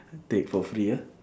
take for free ah